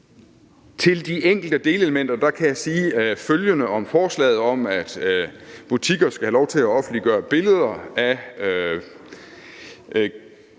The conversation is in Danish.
Til de enkelte delelementer kan jeg sige følgende om forslaget: At butikker skal have lov til at offentliggøre billeder af